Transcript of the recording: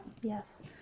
Yes